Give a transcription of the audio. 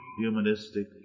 humanistic